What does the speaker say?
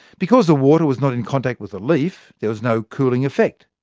because the water was not in contact with the leaf, there was no cooling effect.